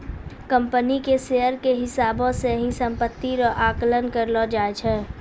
company के share के हिसाबौ से ही सम्पत्ति रो आकलन करलो जाय छै